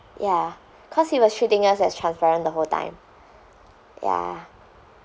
ya cause he was treating us as transparent the whole time ya